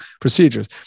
procedures